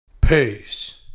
Peace